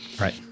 Right